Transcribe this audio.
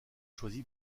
choisi